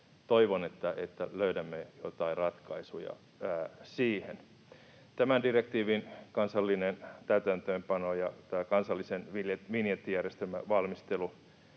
toivon, että löydämme joitain ratkaisuja siihen. Tämän direktiivin kansallinen täytäntöönpano ja kansallisen vinjettijärjestelmän valmistelu